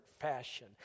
fashion